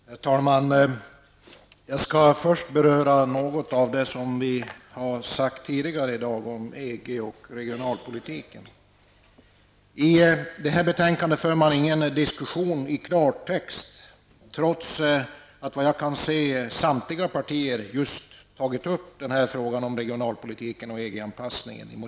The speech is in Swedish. Herr talman! Jag skall först beröra något av det som tidigare i dag har sagts om EG och regionalpolitiken. I det här betänkandet förs ingen diskussion i klartext, trots att samtliga partier i motioner har tagit upp frågan om regionalpolitiken och EG-anpassningen.